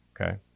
okay